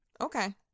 Okay